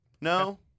No